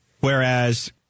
Whereas